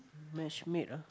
match made ah